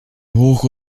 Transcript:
hoch